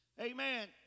Amen